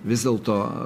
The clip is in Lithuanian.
vis dėlto